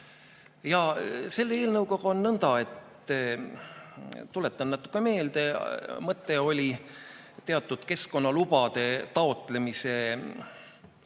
Selle eelnõuga on nõnda, tuletan natuke meelde, et mõte oli teatud keskkonnalubade taotlemist